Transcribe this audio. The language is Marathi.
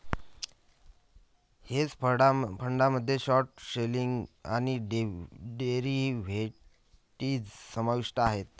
हेज फंडामध्ये शॉर्ट सेलिंग आणि डेरिव्हेटिव्ह्ज समाविष्ट आहेत